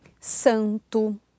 Santo